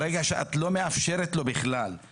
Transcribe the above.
ברגע שאת לא מאפשרת לו להגיע,